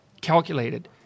calculated